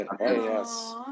Yes